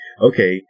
okay